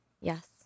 Yes